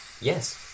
yes